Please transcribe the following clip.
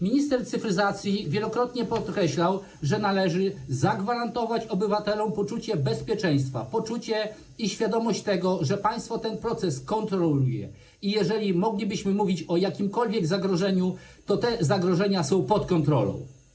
Minister cyfryzacji wielokrotnie podkreślał, że należy zagwarantować obywatelom poczucie bezpieczeństwa, poczucie i świadomość tego, że państwo ten proces kontroluje, i jeżeli moglibyśmy mówić o jakimkolwiek zagrożeniu, to zagrożenia te są pod kontrolą.